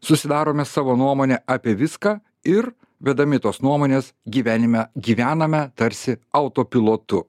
susidarome savo nuomonę apie viską ir vedami tos nuomonės gyvenime gyvename tarsi autopilotu